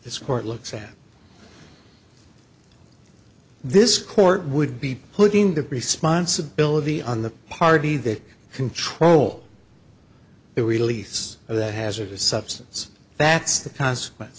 this court looks at this court would be putting the responsibility on the party that control they release of that hazardous substance that's the consequence